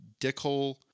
dickhole